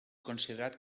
considerat